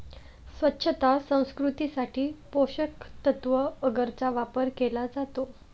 स्वच्छता संस्कृतीसाठी पोषकतत्त्व अगरचा वापर केला जातो